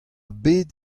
bet